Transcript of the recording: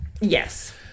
Yes